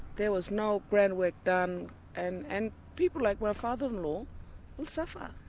there was no groundwork done and and people like my father-in-law will suffer.